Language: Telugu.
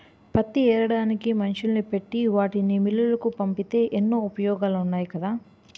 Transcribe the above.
పత్తి ఏరడానికి మనుషుల్ని పెట్టి వాటిని మిల్లులకు పంపితే ఎన్నో ఉపయోగాలున్నాయి కదా